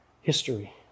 history